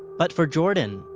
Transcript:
but for jordan,